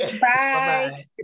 Bye